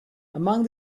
among